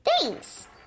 thanks